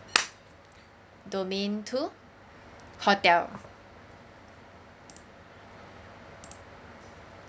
domain two hotel